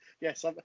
Yes